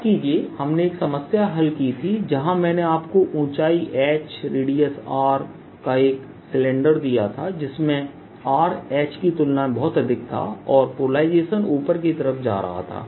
याद कीजिए हमने एक समस्या हल की थी जहां मैंने आपको ऊंचाई h रेडियस R का एक सिलेंडर दिया था जिसमें R h की तुलना में बहुत अधिक था और पोलराइजेशन ऊपर की तरफ जा रहा था